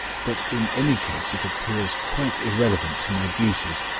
but, in any case, it appears quite irrelevant to my duties.